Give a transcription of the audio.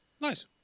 Nice